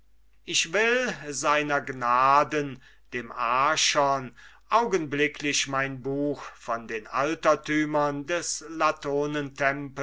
ich will sr gnaden dem archon augenblicklich mein buch von den altertümern des